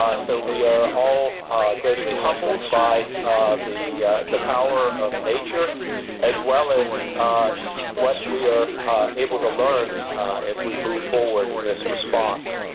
so we are all greatly humbled by the the power of nature as well as what we are able to learn as we move forward in this response.